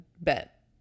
bet